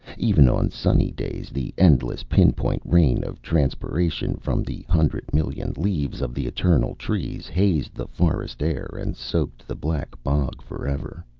even on sunny days, the endless pinpoint rain of transpiration, from the hundred million leaves of the eternal trees, hazed the forest air and soaked the black bog forever.